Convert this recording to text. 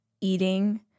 eating